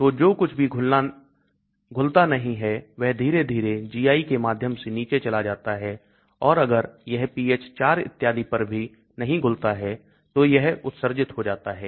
तो जो कुछ भी घुलता नहीं है वह धीरे धीरे GI के माध्यम से नीचे चला जाता है और अगर यह pH 4 इत्यादि पर भी नहीं घुलता है तो यह उत्सर्जित हो जाता है